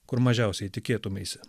kur mažiausiai tikėtumeisi